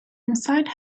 inside